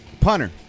Punter